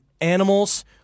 animals